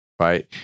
right